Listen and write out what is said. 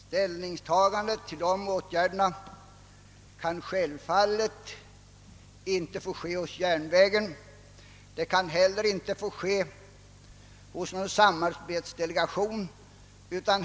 Ställning till de åtgärderna kan självfallet inte få tagas av SJ och inte heller av någon samarbetsdelegation.